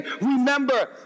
remember